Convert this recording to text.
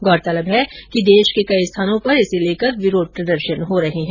गौरतलब है कि देश के कई स्थानों पर इसे लेकर विरोध प्रदर्शन हो रहे है